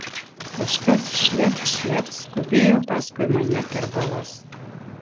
kažkas šlept šlept skubėjo paskui mane per balas